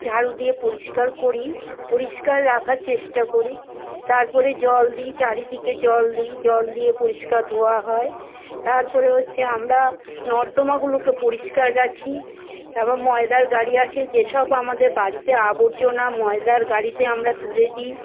ঝাড়ু দিয়ে পরিষ্কার করি পরিষ্কার রাখার চেষ্টা করি তার পরে জল দিই চারিদিকে জল দিই জল দিয়ে পরিষ্কার ধোয়া হয় তার পরে হচ্ছে আমরা নর্দমাগুলোকে পরিষ্কার রাখি তারপর ময়লার গাড়ি আসে যে সব আমাদের বাড়িতে আবর্জনা ময়লার গাড়িতে আমরা তুলে দিই